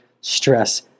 stress